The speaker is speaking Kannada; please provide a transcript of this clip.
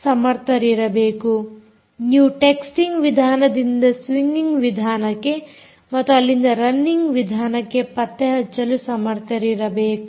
ಅಂದರೆ ನೀವು ಟೆಕ್ಸ್ಟಿಂಗ್ ವಿಧಾನದಿಂದ ಸ್ವಿಂಗಿಂಗ್ ವಿಧಾನಕ್ಕೆ ಮತ್ತು ಅಲ್ಲಿಂದ ರನ್ನಿಂಗ್ ವಿಧಾನವನ್ನು ಪತ್ತೆಹಚ್ಚಲು ಸಮರ್ಥರಿರಬೇಕು